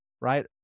right